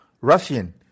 Russian